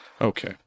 Okay